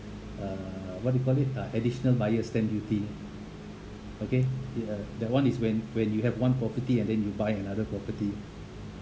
uh what you call it ah additional buyer stamp duty okay ya that one is when when you have one property and then you buy another property